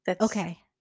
Okay